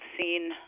seen